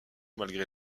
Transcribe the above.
malgré